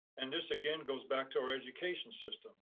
and this again, goes back to our education system.